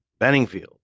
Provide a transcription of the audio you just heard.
Benningfield